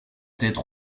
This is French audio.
tête